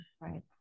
right